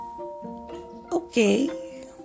okay